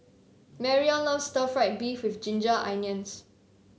Marrion loves Stir Fried Beef with Ginger Onions